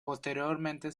posteriormente